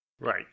Right